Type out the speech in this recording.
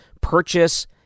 purchase